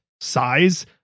size